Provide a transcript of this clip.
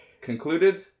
concluded